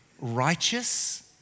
righteous